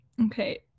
okay